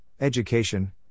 education